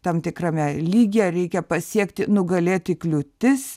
tam tikrame lygyje reikia pasiekti nugalėti kliūtis